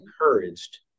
encouraged